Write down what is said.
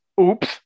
Oops